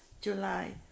July